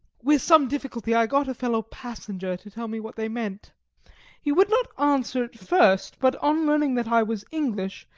with some difficulty i got a fellow-passenger to tell me what they meant he would not answer at first, but on learning that i was english,